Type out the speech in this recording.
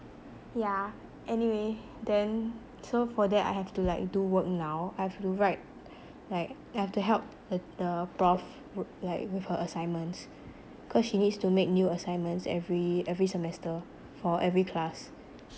yeah anyway then so for that I have to like do work now I have to write like I have to help the the prof w~ like with her assignments cause she needs to make new assignments every every semester for every class